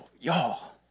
Y'all